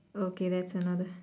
okay that's another